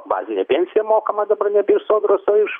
bazinė pensija mokama dabar nebe iš sodros o iš